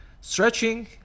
stretching